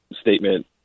statement